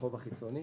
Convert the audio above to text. בחוב החיצוני.